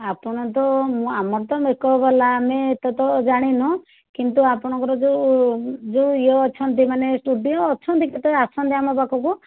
ଆପଣ ତ ଆମର ତ ମେକଅପ୍ ଵାଲା ଆମେ ଏତେ ଜାଣିନୁ କିନ୍ତୁ ଆପଣଙ୍କର ଯେଉଁ ଯେଉଁ ଇଏ ଅଛନ୍ତି ମାନେ ଷ୍ଟୁଡ଼ିଓ ଅଛନ୍ତି କେତେବେଳେ ଆସନ୍ତି ଆମ ପାଖକୁ